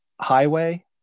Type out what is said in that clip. highway